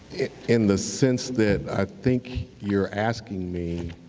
in the sense that i think you're asking me,